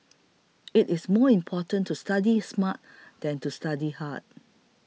it is more important to study smart than to study hard